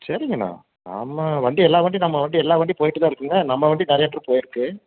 சரிங்க அண்ணா நம்ம வண்டி எல்லா வண்டியும் நம்ம வண்டி எல்லா வண்டியும் போயிகிட்டுதான் இருக்குங்க நம்ம வண்டி நிறையா ட்ரிப் போயிருக்கு